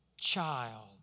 child